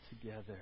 together